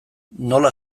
nola